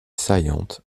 saillante